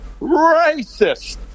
racist